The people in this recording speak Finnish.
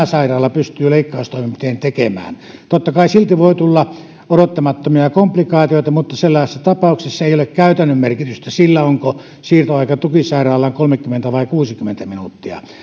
sairaala pystyy leikkaustoimenpiteen tekemään totta kai silti voi tulla odottamattomia komplikaatioita mutta sellaisessa tapauksessa ei ole käytännön merkitystä sillä onko siirtoaika tukisairaalaan kolmekymmentä vai kuusikymmentä minuuttia